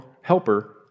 helper